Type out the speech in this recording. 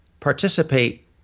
participate